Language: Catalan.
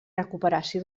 recuperació